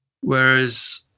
whereas